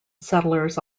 settlers